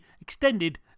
extended